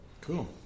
Cool